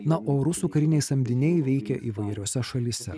na o rusų kariniai samdiniai veikia įvairiose šalyse